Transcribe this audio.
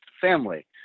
family